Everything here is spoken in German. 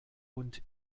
und